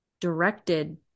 directed